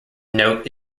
note